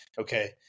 okay